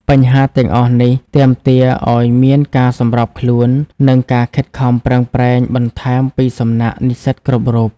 បញ្ហាទាំងអស់នេះទាមទារឲ្យមានការសម្របខ្លួន និងការខិតខំប្រឹងប្រែងបន្ថែមពីសំណាក់និស្សិតគ្រប់ៗរូប។